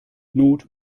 not